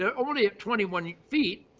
and only at twenty one feet,